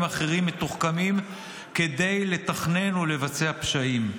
אחרים מתוחכמים כדי לתכנן ולבצע פשעים.